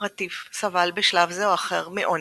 רטיף סבל בשלב זה או אחר מעוני.